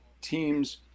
teams